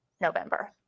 November